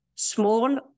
small